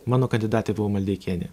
mano kandidatė buvo maldeikienė